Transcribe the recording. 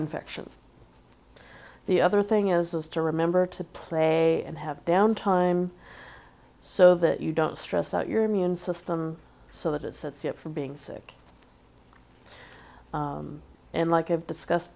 infections the other thing is is to remember to play and have downtime so that you don't stress out your immune system so that it sets you up for being sick and like i've discussed